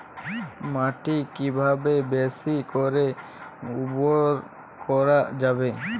মাটি কিভাবে বেশী করে উর্বর করা যাবে?